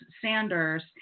Sanders